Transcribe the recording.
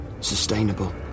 sustainable